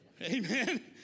Amen